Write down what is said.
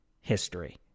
history